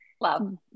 love